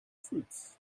fruits